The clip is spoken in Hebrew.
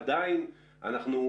עדיין אנחנו,